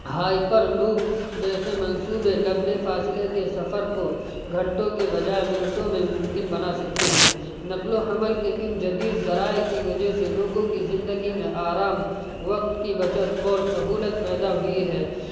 hyper لک جیسے منصوبے لمبے فاصلے کے سفر کو گھنٹوں کے بجائے منٹوں میں ممکن بنا سکتے ہیں نقل و حمل کے ان جدید ذرائع کی وجہ سے لوگوں کی زندگی میں آرام وقت کی بچت اور سہولت پیدا ہوئی ہے